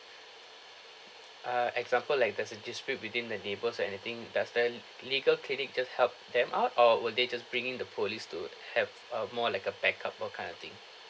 ah example like there's a dispute between the neighbours or anything does the legal clinic just help them out or will they just bring in the police to have a more like a backup what kind of thing